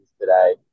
today